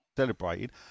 Celebrated